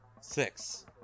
Six